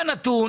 היה נתון,